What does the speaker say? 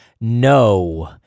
no